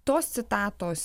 tos citatos